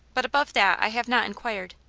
but about that i have not inquired.